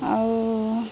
ଆଉ